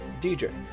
DJ